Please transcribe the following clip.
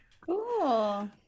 Cool